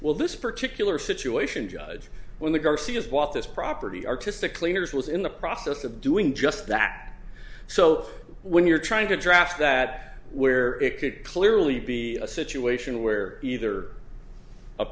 will this particular situation judge when the garcias bought this property artistically yours was in the process of doing just that so when you're trying to draft that where it could clearly be a situation where either a